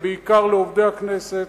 ובעיקר לעובדי הכנסת,